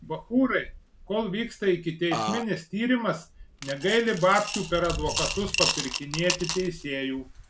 bachūrai kol vyksta ikiteisminis tyrimas negaili babkių per advokatus papirkinėti teisėjų